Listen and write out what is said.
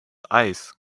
eis